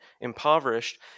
impoverished